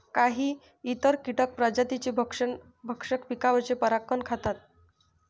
काही इतर कीटक प्रजातींचे भक्षक पिकांवरचे परागकण खातात